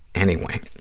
anyway.